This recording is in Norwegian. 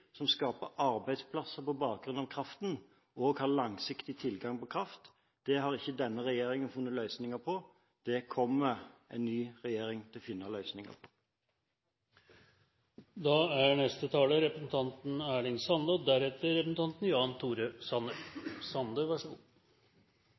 som skaper arbeidsplasser på bakgrunn av kraften, også har langsiktig tilgang til kraft. Det har ikke denne regjeringen funnet løsninger på, men det kommer en ny regjering til å finne løsninger på. Når det gjeld siste talar og